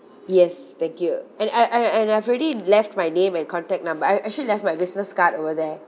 yes thank you and I I and I've already left my name and contact number I've actually left my business card over there